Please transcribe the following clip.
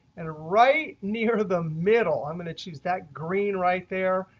and right near the middle, i'm going to choose that green right there,